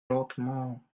lentement